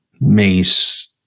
Mace